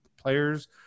players